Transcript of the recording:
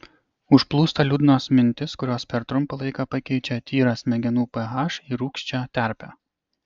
užplūsta liūdnos mintys kurios per trumpą laiką pakeičia tyrą smegenų ph į rūgščią terpę